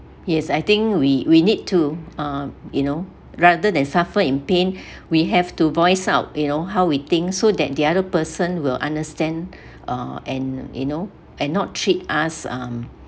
yes I think we we need to uh you know rather than suffer in pain we have to voice out you know how we think so that the other person will understand uh and you know and not treat us um